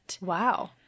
Wow